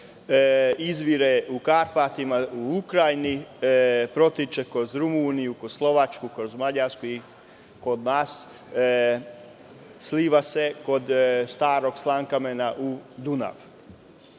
Izvire u Karpatima u Ukrajini, protiče kroz Rumuniju, kroz Slovačku, kroz Mađarsku i kod nas sliva se kod Starog Slankamena u Dunav. Tisa